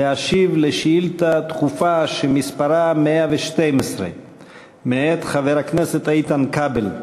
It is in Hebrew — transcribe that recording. להשיב על שאילתה דחופה שמספרה 112 מאת חבר הכנסת איתן כבל.